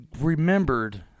remembered